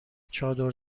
چادر